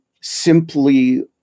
simply